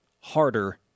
harder